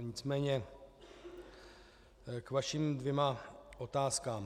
Nicméně k vašim dvěma otázkám.